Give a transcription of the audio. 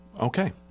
Okay